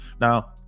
Now